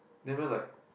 then everyone like